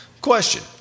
Question